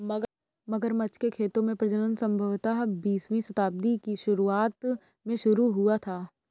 मगरमच्छ के खेतों में प्रजनन संभवतः बीसवीं शताब्दी की शुरुआत में शुरू हुआ था